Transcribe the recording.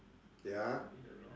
ya